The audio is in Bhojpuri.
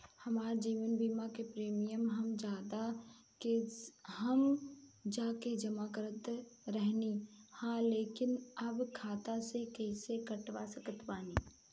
हमार जीवन बीमा के प्रीमीयम हम जा के जमा करत रहनी ह लेकिन अब खाता से कइसे कटवा सकत बानी?